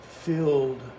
filled